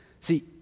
See